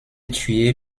tué